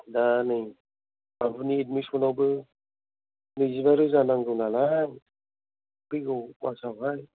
दा नै बाबुनि एदमिसनावबो नैजिबा रोजा नांगौ नालाय फैगौ मासावहाय